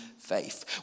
faith